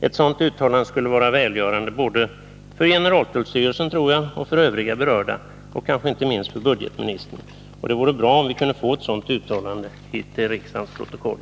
Ett sådant uttalande tror jag skulle vara välgörande för både generaltullstyrelsen och övriga berörda — kanske inte minst för budgetministern. Det vore bra om vi kunde få ett sådant uttalande från handelsministern till riksdagens protokoll.